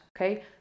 okay